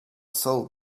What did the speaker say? sold